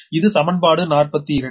இது சமன்பாடு 42